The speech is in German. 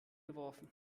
geworfen